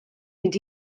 mynd